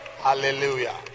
Hallelujah